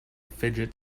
fidget